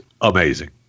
amazing